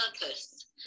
purpose